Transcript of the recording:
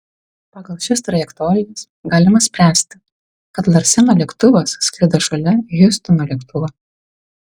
pagal šias trajektorijas galima spręsti kad larseno lėktuvas skrido šalia hiustono lėktuvo